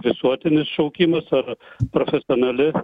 visuotinis šaukimas ar profesionali